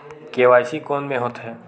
KYC कोन में होथे?